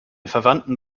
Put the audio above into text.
verwandten